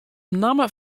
namme